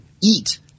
eat